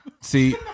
See